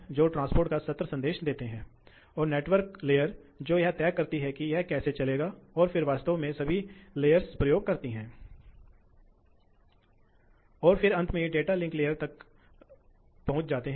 तो 35 horse power का स्तर 10 10 समय रहता है इसलिए भारित हॉर्स पावर 35 है हम सही हॉर्स पावर की गणना करने का प्रयास कर रहे हैं